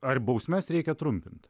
ar bausmes reikia trumpint